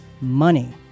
money